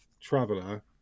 Traveler